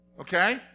Okay